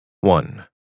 One